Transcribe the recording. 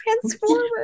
transformers